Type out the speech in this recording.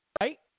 right